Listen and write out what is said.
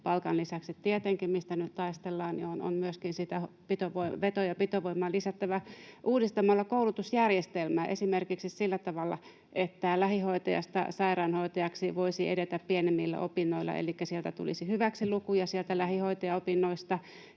näin, että tietenkin palkan, mistä nyt taistellaan, lisäksi on myöskin sitä veto- ja pitovoimaa lisättävä uudistamalla koulutusjärjestelmää esimerkiksi sillä tavalla, että lähihoitajasta sairaanhoitajaksi voisi edetä pienemmillä opinnoilla, elikkä sieltä lähihoitajaopinnoista